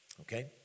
Okay